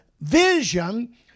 vision